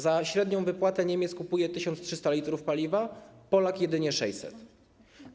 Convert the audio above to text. Za średnią wypłatę Niemiec kupuje 1300 l paliwa, Polak - jedynie 600 l.